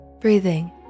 breathing